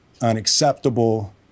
unacceptable